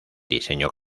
diseño